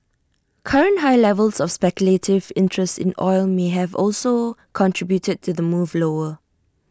current high levels of speculative interest in oil may have also contributed to the move lower